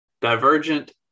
Divergent